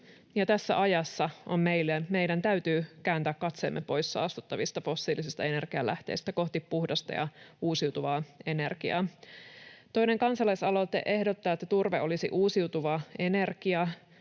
tässä ajassa meidän täytyy kääntää katseemme pois saastuttavista fossiilisista energianlähteistä kohti puhdasta ja uusiutuvaa energiaa. Toinen kansalaisaloite ehdottaa, että turve olisi uusiutuvaa energiaa,